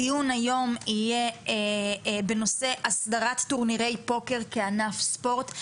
הדיון היום יהיה בנושא אסדרת טורנירי פוקר כענף ספורט.